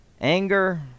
anger